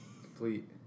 Complete